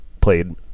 played